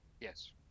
Yes